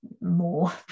more